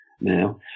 now